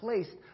placed